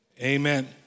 amen